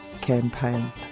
campaign